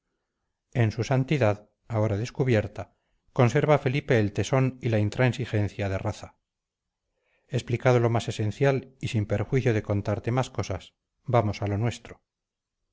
en su santidad ahora descubierta conserva felipe el tesón y la intransigencia de raza explicado lo más esencial y sin perjuicio de contarte más cosas vamos a lo nuestro